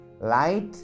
Light